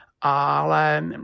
Ale